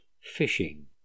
Fishing